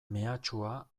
mehatxua